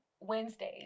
Wednesdays